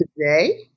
today